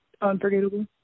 unforgettable